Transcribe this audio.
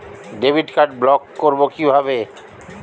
Debit card block করব কিভাবে?